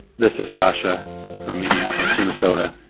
this is sasha from minneapolis, minn. so but